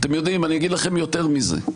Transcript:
יותר מזה,